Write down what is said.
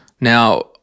Now